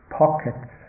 pockets